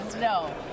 No